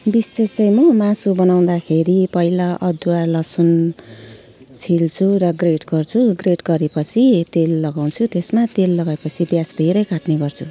बेसी जस्तो चाहिँ म मासु बनाउँदाखेरि पहिला अदुवा लसुन छिल्छु र ग्रिन्ड ग्रिन्ड गरेपछि तेल लगाउँछु त्यसमा तेल लगाएपछि प्याज धेरै काट्ने गर्छु